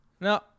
No